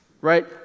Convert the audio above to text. right